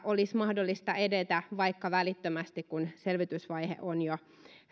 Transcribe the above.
olisi mahdollista edetä vaikka välittömästi kun selvitysvaihe on jo